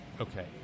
okay